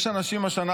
יש אנשים השנה,